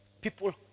People